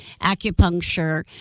acupuncture